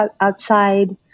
outside